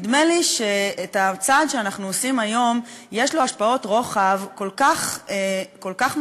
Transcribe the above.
נדמה לי שהצעד שאנחנו עושים היום יש לו השפעות רוחב כל כך משמעותיות,